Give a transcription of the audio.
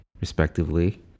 respectively